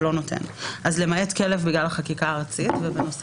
לגבי כלב יש חקיקה ארצית, אבל מה עוד?